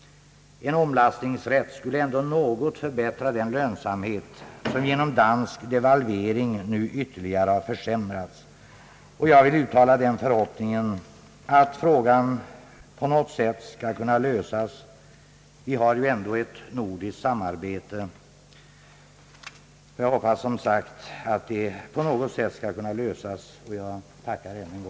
En omlastningsrätt skulle något förbättra den svaga lönsamhet som genom dansk devalvering ytterligare försämrats. Jag uttalar den förhoppningen, att frågan på något sätt skall kunna lösas. Vi har ju ändå ett nordiskt samarbete. Jag tackar än en gång för svaret.